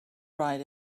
write